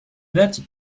that